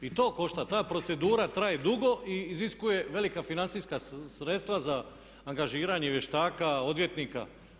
I to košta, ta procedura traje dugo i iziskuje velika financijska sredstva za angažiranje vještaka, odvjetnika.